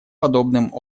подобным